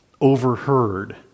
overheard